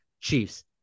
Chiefs